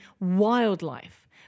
wildlife